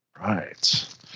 Right